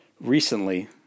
recently